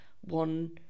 one